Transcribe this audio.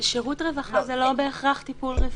שירות רווחה זה לא בהכרח טיפול רפואי.